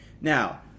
now